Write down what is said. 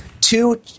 Two